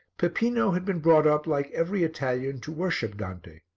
peppino had been brought up, like every italian, to worship dante,